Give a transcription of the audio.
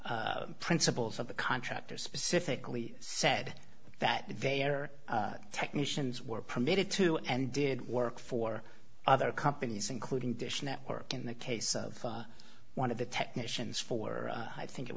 principles of the contractor specifically said that they are technicians were permitted to and did work for other companies including dish network in the case of one of the technicians for i think it